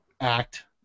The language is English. act